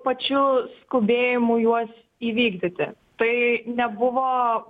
pačiu skubėjimu juos įvykdyti tai nebuvo